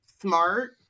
smart